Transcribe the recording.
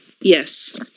Yes